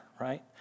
right